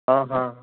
હં હં